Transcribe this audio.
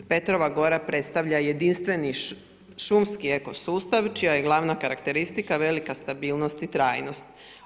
Petrova gora predstavlja jedinstveni šumski eko sustav čija je glavna karakteristika velika stabilnost i trajnost.